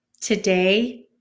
today